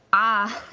ah,